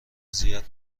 زیاد